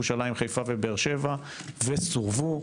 ירושלים ובאר שבע וסורבו.